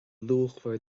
luachmhar